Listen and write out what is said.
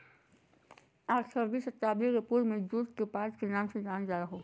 आठारहवीं शताब्दी के पूर्व में जुट के पाट के नाम से जानो हल्हो